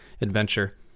adventure